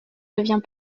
devient